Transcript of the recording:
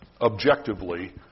objectively